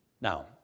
Now